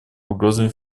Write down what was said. угрозами